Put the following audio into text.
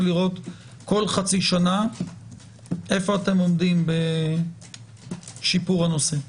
לראות כל חצי שנה איפה אתם עומדים בשיפור הנושא.